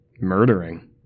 murdering